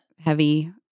Heavy